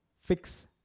Fix